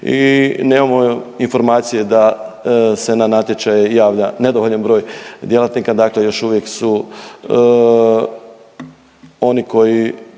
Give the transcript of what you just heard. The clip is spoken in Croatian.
i nemamo informacije da se na natječaj javlja nedovoljan broj djelatnika. Dakle, još uvijek su oni koji